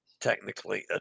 technically